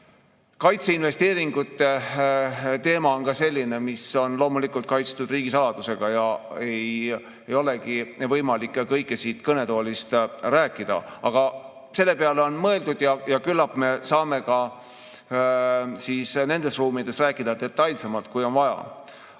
Kaitseinvesteeringute teema on loomulikult kaitstud riigisaladusega ja ei olegi võimalik kõike siit kõnetoolist rääkida. Aga selle peale on mõeldud ja küllap me saame ka nendes ruumides rääkida detailsemalt, kui seda on vaja.